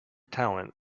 talent